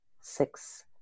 six